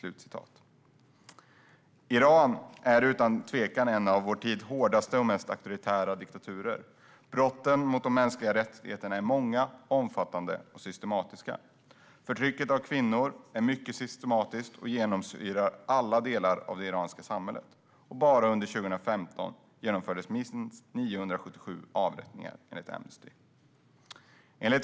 Iran är utan tvekan en av vår tids hårdaste och mest auktoritära diktaturer. Brotten mot de mänskliga rättigheterna är många, omfattande och systematiska. Förtrycket av kvinnor är systematiskt och genomsyrar alla delar av det iranska samhället. Bara under 2015 genomfördes minst 977 avrättningar, enligt Amnesty.